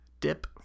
dip